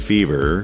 Fever